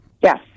Yes